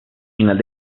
final